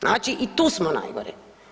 Znači i tu smo najgori.